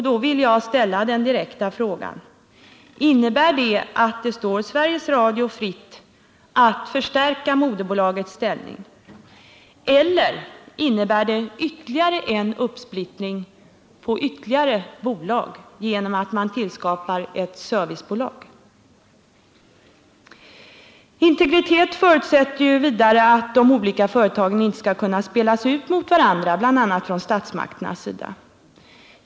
Då vill jag ställa den direkta frågan: Innebär detta att det står Sveriges Radio fritt att förstärka moderbolagets ställning eller innebär detta ytterligare en splittring på flera bolag genom att man tillskapar ett servicebolag? Integriteten förutsätter vidare att de olika företagen inte skall kunna spelas ut mot varandra bl.a. av statsmakterna.